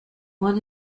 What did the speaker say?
won